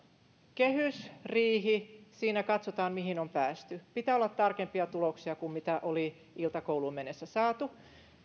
kehysriihi jossa katsotaan mihin on päästy ja pitää olla tarkempia tuloksia kuin mitä oli iltakouluun mennessä saatu